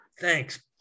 Thanks